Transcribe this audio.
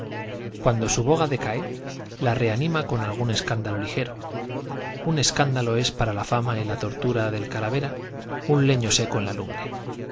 su boga decae la reanima con algún escándalo del genio y la suerte caprichosa les separa ligero un escándalo es para la fama y la fortu los confunde en una para siempre supóngase na del calavera un leño seco en la lumbre